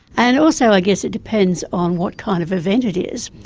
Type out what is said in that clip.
and also i guess it depends on what kind of event it is.